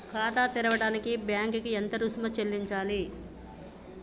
ఖాతా తెరవడానికి బ్యాంక్ కి ఎంత రుసుము చెల్లించాలి?